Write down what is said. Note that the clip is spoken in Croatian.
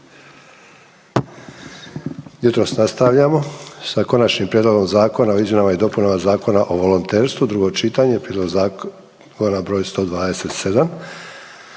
Jutros nastavljamo sa: - Konačni prijedlog zakona o izmjenama i dopunama Zakona o volonterstvu, drugo čitanje, P.Z.E. br. 127.